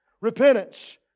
Repentance